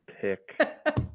pick